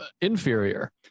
inferior